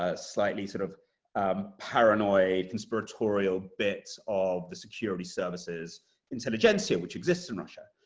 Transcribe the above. ah slightly sort of um paranoid, conspiratorial bits of the security services intelligentsia which exists in russia.